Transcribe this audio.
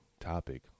topic